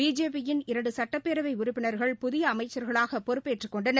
BJP யின் இரன்டு சுட்டப்பேரவை உறுப்பினர்கள் புதிய அமைச்சர்களாக பொறுப்பேற்றுக் கொண்டனர்